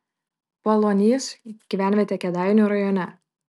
paaluonys gyvenvietė kėdainių rajone